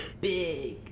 big